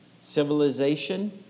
civilization